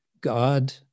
God